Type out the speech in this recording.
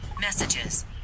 messages